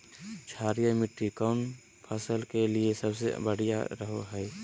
क्षारीय मिट्टी कौन फसल के लिए सबसे बढ़िया रहो हय?